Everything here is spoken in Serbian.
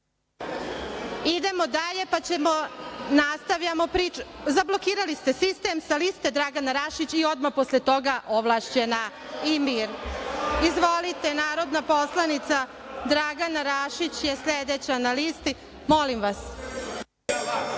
dalje, nastavljamo priču. Zablokirali ste sistem, sa liste Dragana Rašić i odmah posle toga ovlašćena i mir. Izvolite, narodna poslanica Dragana Rašić je sledeća na listi. **Dragana